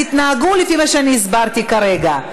תתנהגו לפי מה שאני הסברתי כרגע.